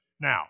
Now